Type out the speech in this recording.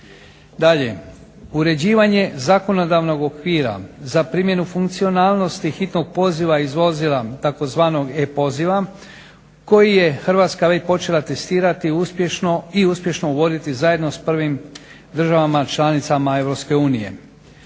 Dalje, uređivanje zakonodavnog okvira za primjenu funkcionalnosti hitnog poziva iz vozila tzv. e-poziva koji je Hrvatska već počela testirati i uspješno uvoditi zajedno s prvim državama članicama